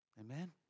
amen